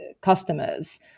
customers